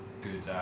good